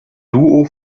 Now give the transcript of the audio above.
duo